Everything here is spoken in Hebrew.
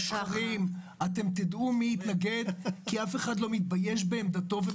אתם תדעו מי התנגד כי אף אחד לא מתבייש בעמדתו.